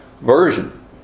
version